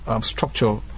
structure